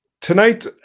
Tonight